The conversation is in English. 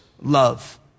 love